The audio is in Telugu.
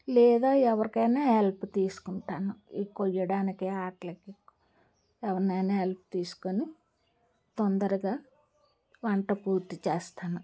లేదా ఎవరికైనా హెల్ప్ తీసుకుంటాను ఈ కొయ్యడానికి వాటికి ఆట్లికి ఎవరినైనా హెల్ప్ తీసుకొని తొందరగా వంట పూర్తి చేస్తాను